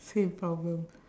same problem